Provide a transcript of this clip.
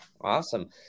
Awesome